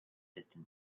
distant